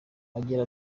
agira